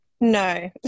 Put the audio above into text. no